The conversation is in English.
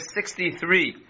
63